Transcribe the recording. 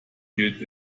gilt